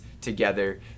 together